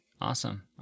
Awesome